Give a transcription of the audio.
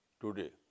today